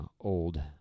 old